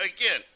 again